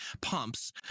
pumps